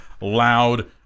loud